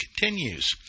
continues